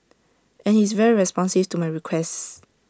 and he's very responsive to my requests